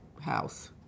house